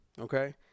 Okay